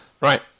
Right